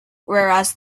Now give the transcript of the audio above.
whereas